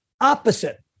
opposite